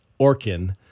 Orkin